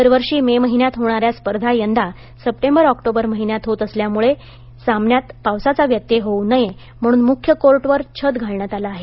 दरवर्षी मे महिन्यात होणाऱ्या स्पर्धा यंदा सप्टेंबर ऑक्टोबर महिन्यात होत असल्यामुळे सामन्यात पावसाचा व्यत्यय येऊ नये म्हणून मुख्य कोर्टवर छत घालण्यात आलं आहे